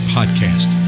Podcast